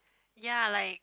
ya like